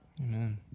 Amen